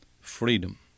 freedom